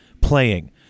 playing